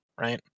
right